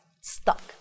stuck